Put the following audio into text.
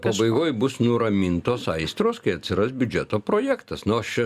pabaigoj bus nuramintos aistros kai atsiras biudžeto projektas nu aš čia